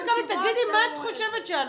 תגידי, מה את חושבת שאנחנו?